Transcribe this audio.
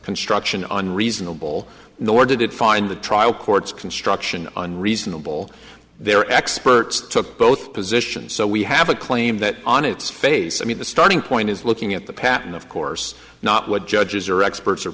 construction on reasonable nor did it find the trial court's construction on reasonable their experts took both positions so we have a claim that on its face i mean the starting point is looking at the pattern of course not what judges or experts or